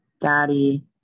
daddy